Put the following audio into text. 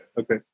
okay